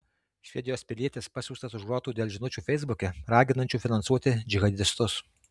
švedijos pilietis pasiųstas už grotų dėl žinučių feisbuke raginančių finansuoti džihadistus